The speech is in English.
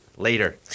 later